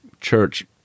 church